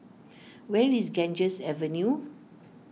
where is Ganges Avenue